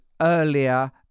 earlier